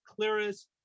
clearest